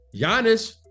Giannis